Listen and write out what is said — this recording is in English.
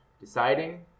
deciding